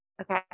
okay